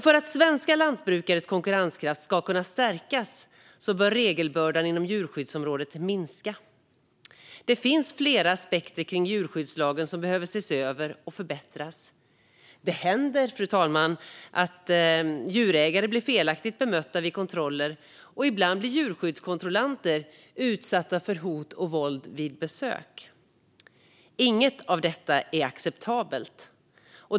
För att svenska lantbrukares konkurrenskraft ska kunna stärkas bör regelbördan inom djurskyddsområdet minska. Det finns flera aspekter kring djurskyddslagen som behöver ses över och förbättras. Det händer, fru talman, att djurägare blir felaktigt bemötta vid kontroller, och ibland blir djurskyddskontrollanter utsatta för hot och våld vid besök. Inget av detta är acceptabelt.